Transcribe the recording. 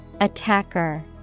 Attacker